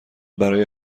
برای